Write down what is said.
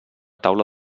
taula